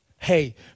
Hey